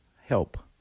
help